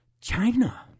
China